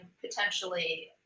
potentially